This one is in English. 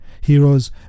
heroes